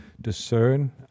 discern